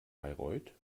bayreuth